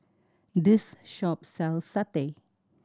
this shop sells satay